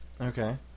Okay